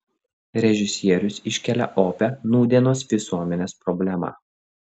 režisierius iškelia opią nūdienos visuomenės problemą